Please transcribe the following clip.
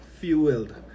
fueled